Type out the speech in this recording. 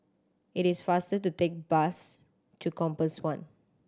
it is faster to take bus to Compass One